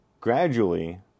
Gradually